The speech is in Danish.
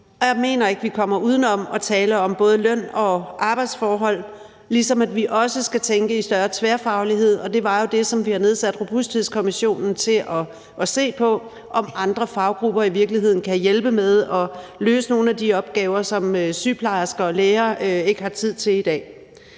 jeg mener ikke, vi kommer uden om at tale om både løn og arbejdsforhold, ligesom vi også skal tænke i større tværfaglighed, og det var jo det, som vi har nedsat Robusthedskommissionen til at se på, altså om andre faggrupper i virkeligheden kan hjælpe med at løse nogle af de opgaver, som sygeplejersker og læger ikke har tid til i dag.